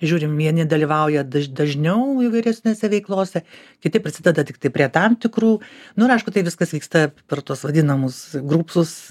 žiūrim vieni dalyvauja daž dažniau įvairesnėse veiklose kiti prisideda tiktai prie tam tikrų nu ir aišku tai viskas vyksta per tuos vadinamus grupsus